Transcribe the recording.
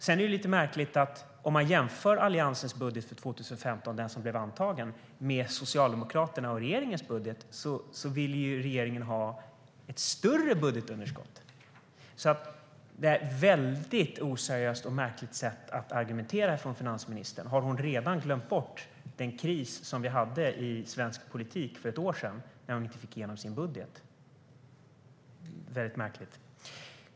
Sedan är det lite märkligt, om man jämför Alliansens budget för 2015 som blev antagen med Socialdemokraternas och regeringens budget, att regeringen vill ha ett större budgetunderskott. Det är ett väldigt oseriöst och märkligt sätt att argumentera av finansministern. Har hon redan glömt bort den kris som vi hade i svensk politik för ett år sedan, när hon inte fick igenom sin budget? Det är väldigt märkligt.